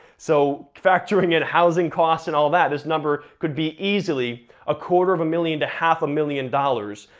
so, factoring in housing costs and all that, this number could be easily a quarter of a million to half a million dollars,